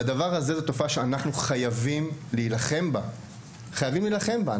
אנחנו חייבים להילחם בתופעה הזאת.